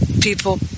people